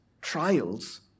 trials